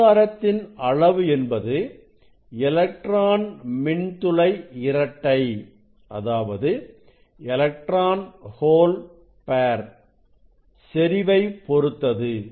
மின்சாரத்தின் அளவு என்பது எலக்ட்ரான் மின்துளை இரட்டை செறிவுவை பொருத்தது